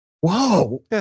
Whoa